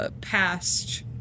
past